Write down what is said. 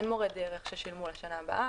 אין מורי דרך ששילמו על השנה הבאה,